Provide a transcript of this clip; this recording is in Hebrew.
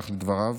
כך לדבריו,